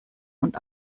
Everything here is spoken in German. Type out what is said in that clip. und